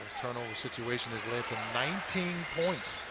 turnover situation has led to nineteen points.